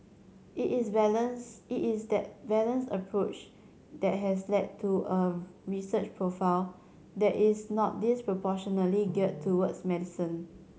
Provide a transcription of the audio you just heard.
it is balance it is that balanced approach that has led to a research profile that is not disproportionately geared towards medicine